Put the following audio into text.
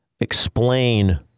explain